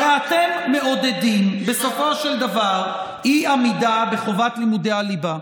הרי אתם מעודדים בסופו של דבר אי-עמידה בחובת לימודי הליבה.